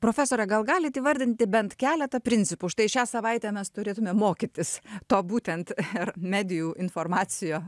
profesore gal galite įvardinti bent keletą principų štai šią savaitę mes turėtumėme mokytis to būtent per medijų informacija